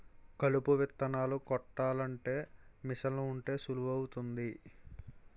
కలుపు విత్తనాలు కొట్టాలంటే మీసన్లు ఉంటే సులువు అవుతాది